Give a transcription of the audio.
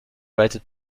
waited